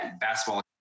basketball